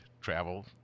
travel